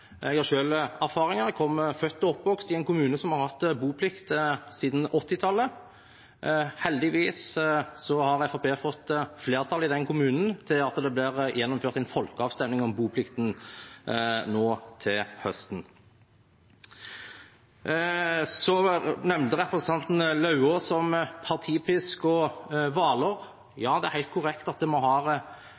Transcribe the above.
Jeg har selv erfaringer. Jeg er født og oppvokst i en kommune som har hatt boplikt siden 1980-tallet. Heldigvis har Fremskrittspartiet fått flertall i den kommunen for at det blir gjennomført en folkeavstemning om boplikten nå til høsten. Representanten Lauvås nevnte partipisk og Hvaler. Ja, det er helt korrekt at vi har enkelte politikere i dette partiet som mener andre ting om saker. Det